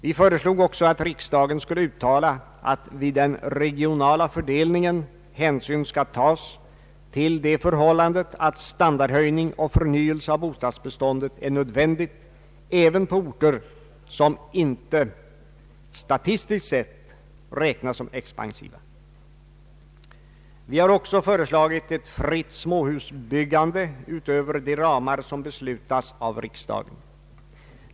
Vi föreslog också att riksdagen skulle uttala, att vid den regionala fördelningen hänsyn skall tas till det förhållandet att standardhöjning och förnyelse av bostadsbeståndet är nödvändigt även på orter som inte statistiskt sett räknas som expansiva. Vi har också föreslagit ett fritt småhusbyggande utöver de ramar som beslutas av riksdagen.